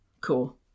Cool